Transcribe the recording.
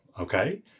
Okay